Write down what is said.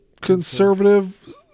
conservative